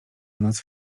nas